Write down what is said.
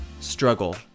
struggle